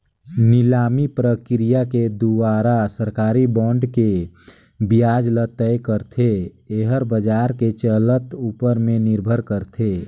निलामी प्रकिया के दुवारा सरकारी बांड के बियाज ल तय करथे, येहर बाजार के चलत ऊपर में निरभर करथे